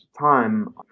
time